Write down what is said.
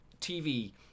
TV